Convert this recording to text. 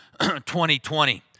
2020